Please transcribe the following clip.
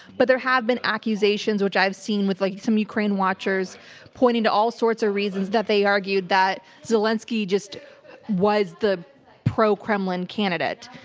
but there have been accusations which i've seen, with like some ukraine watchers pointing to all sorts of reasons that they argue that zelinsky just was the pro-kremlin candidate.